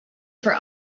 for